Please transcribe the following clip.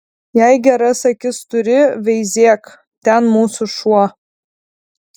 jei geras akis turi veizėk ten mūsų šuo